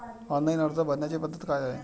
Online अर्ज भरण्याची पद्धत काय आहे?